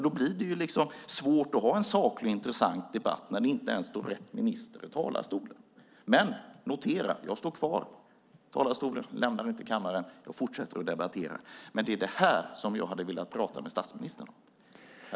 Det blir svårt att ha en saklig och intressant debatt när inte ens rätt minister står i talarstolen. Men notera att jag står kvar i talarstolen. Jag lämnar inte kammaren. Jag fortsätter att debattera. Men det är detta som jag hade velat tala med statsministern om.